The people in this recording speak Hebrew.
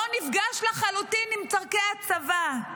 לא נפגש לחלוטין עם צורכי הצבא.